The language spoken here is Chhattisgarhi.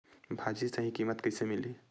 भाजी सही कीमत कइसे मिलही?